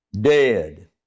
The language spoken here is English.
dead